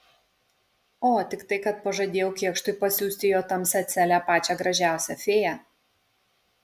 o tik tai kad pažadėjau kėkštui pasiųsti į jo tamsią celę pačią gražiausią fėją